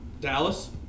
Dallas